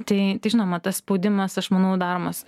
tai tai žinoma tas spaudimas aš manau daromas